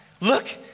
Look